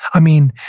i mean,